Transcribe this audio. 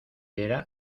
era